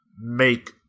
make